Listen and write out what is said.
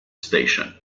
station